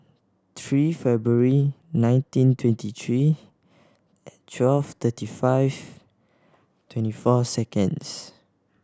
three February nineteen twenty three twelve thirty five twenty four seconds